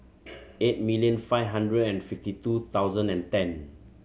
eight million five hundred and fifty two thousannd and ten